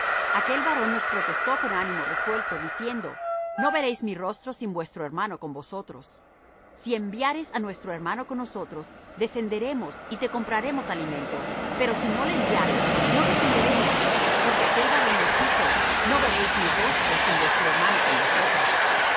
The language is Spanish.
aquel varón nos protestó con ánimo resuelto diciendo no veréis mi rostro sin vuestro hermano con vosotros si enviares á nuestro hermano con nosotros descenderemos y te compraremos alimento pero si no le enviares no descenderemos porque aquel varón nos dijo no veréis mi rostro sin vuestro hermano con vosotros